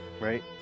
right